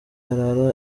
arara